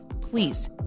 please